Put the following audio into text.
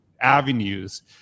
avenues